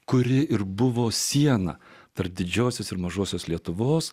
kuri ir buvo siena tarp didžiosios ir mažosios lietuvos